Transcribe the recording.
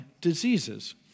diseases